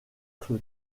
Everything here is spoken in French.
être